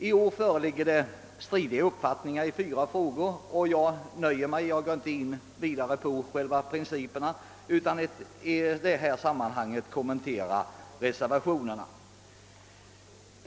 I år föreligger stridiga uppfattningar i fyra frågor. Jag skall inte i detta sammanhang gå in på själva principerna utan nöja mig med att kommentera reservationerna.